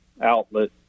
outlet